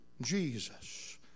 Jesus